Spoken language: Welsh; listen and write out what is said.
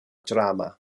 drama